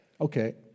Okay